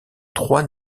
trois